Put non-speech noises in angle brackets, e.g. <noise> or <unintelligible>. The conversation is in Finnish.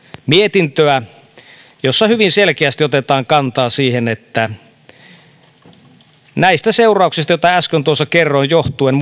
mietintöä jossa hyvin selkeästi otetaan kantaa siihen että muun muassa näistä seurauksista joita äsken tuossa kerroin johtuen <unintelligible>